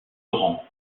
laurent